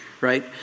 Right